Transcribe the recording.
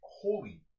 holy